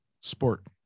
sport